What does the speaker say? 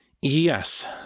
yes